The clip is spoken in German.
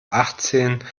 achtzenh